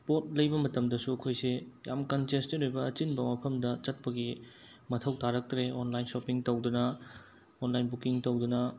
ꯄꯣꯠ ꯂꯩꯕ ꯃꯇꯝꯗꯁꯨ ꯑꯩꯈꯣꯏꯁꯦ ꯌꯥꯝ ꯀꯟꯆꯦꯁꯇꯦꯠ ꯑꯣꯏꯕ ꯑꯆꯤꯟꯕ ꯃꯐꯝꯗ ꯆꯠꯄꯒꯤ ꯃꯊꯧ ꯇꯥꯔꯛꯇ꯭ꯔꯦ ꯑꯣꯟꯂꯥꯏꯟ ꯁꯣꯞꯄꯤꯡ ꯇꯧꯗꯅ ꯑꯣꯟꯂꯥꯏꯟ ꯕꯨꯀꯤꯡ ꯇꯧꯗꯨꯅ